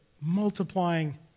multiplying